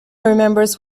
remembers